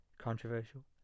Controversial